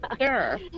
Sure